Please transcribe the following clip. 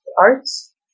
arts